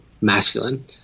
masculine